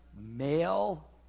male